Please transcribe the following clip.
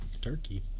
Turkey